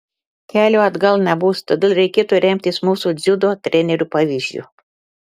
kelio atgal nebus todėl reikėtų remtis mūsų dziudo trenerių pavyzdžiu